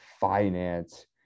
finance